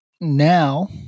now